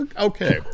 Okay